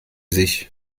sich